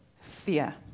fear